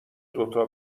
دوتا